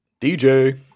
DJ